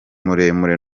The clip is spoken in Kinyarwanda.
muremure